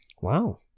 Wow